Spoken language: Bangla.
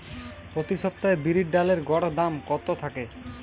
প্রতি সপ্তাহে বিরির ডালের গড় দাম কত থাকে?